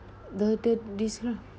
the the this lah